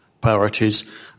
priorities